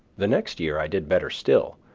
the next year i did better still,